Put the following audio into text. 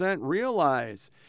realize